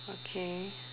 okay